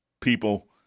people